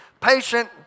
patient